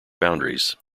boundaries